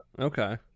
Okay